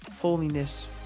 holiness